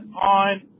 on